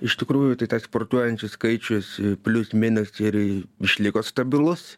iš tikrųjų tai tas sportuojančių skaičius plius minus ir išliko stabilus